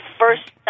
first